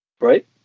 right